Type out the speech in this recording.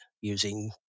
using